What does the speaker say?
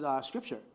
scripture